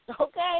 okay